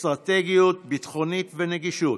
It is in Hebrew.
אסטרטגיות ביטחוניות ונגישות,